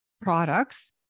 products